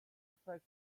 affect